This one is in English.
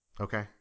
Okay